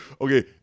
okay